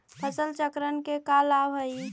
फसल चक्रण के का लाभ हई?